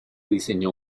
diseñó